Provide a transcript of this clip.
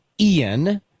Ian